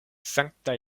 sankta